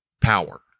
power